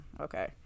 okay